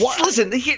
Listen